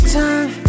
time